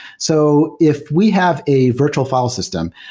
so if we have a virtual f ile system,